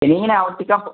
ഇനി ഇങ്ങനെ ആവർത്തിക്കാൻ